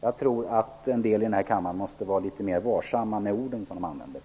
Jag tror att en del ledamöter i denna kammare måste vara litet varsammare med orden.